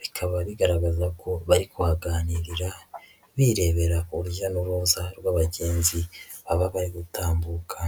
bikaba bigaragaza ko bari kuhaganirira, birebera urujya n'uruza rw'abagenzi baba bari gutambuka.